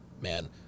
man